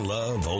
Love